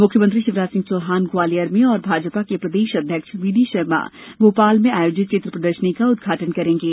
मुख्यमंत्री शिवराज सिंह चौहान ग्वालियर में और भाजपा के प्रदेश अध्यक्ष बीडी शर्मा भोपाल में आयोजित चित्र प्रदर्शनी का उद्घाटन करेंगे